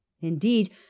Indeed